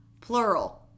plural